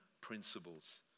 principles